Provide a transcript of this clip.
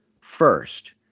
first